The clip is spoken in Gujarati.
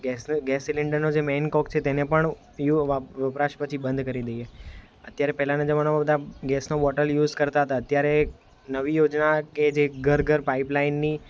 ગેસ ગેસ સિલિન્ડરનો જે મેઈન કોક છે તેને પણ પિયુ વપરાશ પછી બંધ કરી દઈએ અત્યારે પહેલાંના જમાનામાં બધા ગેસનો બોટલ યુઝ કરતા હતા અત્યારે એક નવી યોજના કે જે ઘર ઘર પાઈપલાઈનની